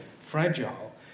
fragile